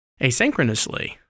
asynchronously